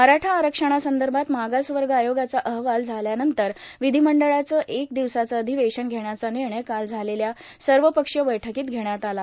मराठा आरक्षणासंदर्भात मागासवर्ग आयोगाचा अहवाल आल्यानंतर विधिमंडळाचं एका दिवसाचं अधिवेशन घेण्याचा निर्णय काल झालेल्या सर्वपक्षीय बैठकीत घेण्यात आला